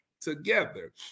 together